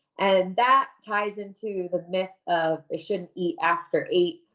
and that ties into the myth of i shouldn't eat after eight